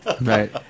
Right